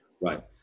Right